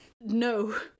No